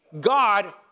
God